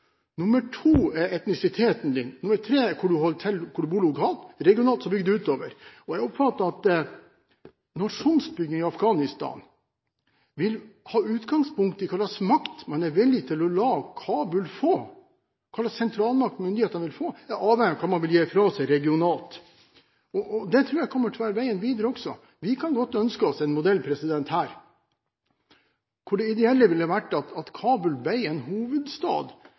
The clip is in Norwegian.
Nummer to er etnisiteten din, nummer tre er hvor du holder til, hvor du bor lokalt, regionalt – så bygger du utover. Jeg oppfatter at nasjonsbygging i Afghanistan vil ha utgangspunkt i hvilken makt man er villig til å la Kabul få. Hvilken sentralmakt myndighetene vil få, er avhengig av hva man vil gi fra seg regionalt. Det tror jeg kommer til å være veien videre også. Vi kan godt ønske oss en modell her hvor det ideelle ville vært at Kabul ble en hovedstad